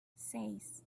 seis